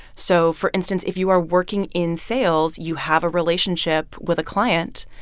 so, for instance, if you are working in sales, you have a relationship with a client,